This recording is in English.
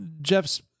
Jeff's